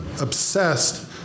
obsessed